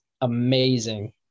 amazing